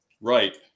Right